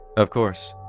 of course,